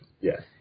Yes